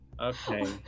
Okay